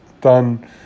done